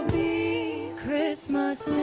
a christmas